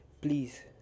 please